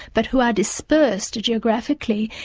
but who are dispersed geographically.